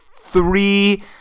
three